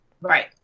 Right